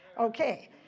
okay